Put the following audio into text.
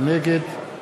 נגד